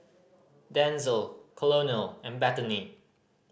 Denzel Colonel and Bethany